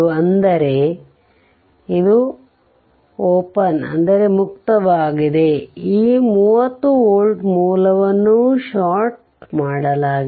ಅಂದರೆ ಇದು ಮುಕ್ತವಾಗಿದೆ ಈ 30 ವೋಲ್ಟ್ ಮೂಲವನ್ನು ಷಾರ್ಟ್ ಮಾಡಲಾಗಿದೆ